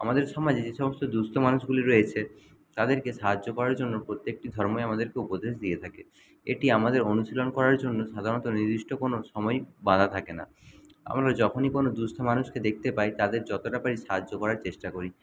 আমাদের সমাজে যে সমস্ত দুঃস্থ মানুষগুলি রয়েছে তাদেরকে সাহায্য করার জন্য প্রত্যেকটি ধর্মই আমাদেরকে উপদেশ দিয়ে থাকে এটি আমাদের অনুশীলন করার জন্য সাধারণত নির্দিষ্ট কোন সময়ই বাঁধা থাকে না আমরা যখনই কোন দুঃস্থ মানুষকে দেখতে পাই তাদের যতটা পারি সাহায্য করার চেষ্টা করি